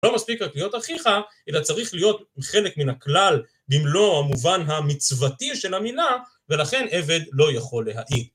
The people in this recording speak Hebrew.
לא מספיק רק להיות אחיך, אלא צריך להיות חלק מן הכלל במלוא המובן המצוותי של המילה ולכן עבד לא יכול להעיד.